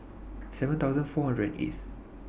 seven thousand four hundred and eighth